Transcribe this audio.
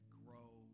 grow